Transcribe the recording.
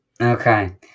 Okay